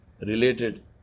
related